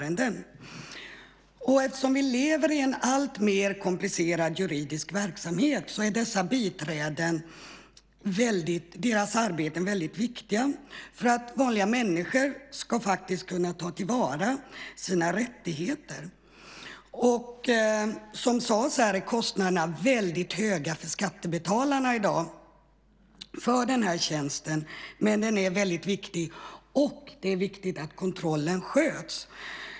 Eftersom vi lever med en alltmer komplicerad juridisk verksamhet är dessa biträdens arbete väldigt viktigt för att vanliga människor ska kunna ta till vara sina rättigheter. Som sagts är kostnaderna för den här tjänsten väldigt höga för skattebetalarna i dag, men den är väldigt viktig, och det är viktigt att kontrollen sköts.